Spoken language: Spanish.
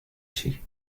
allí